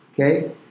okay